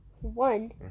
one